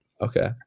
Okay